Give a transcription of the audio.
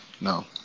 no